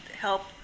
help